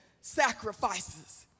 Sacrifices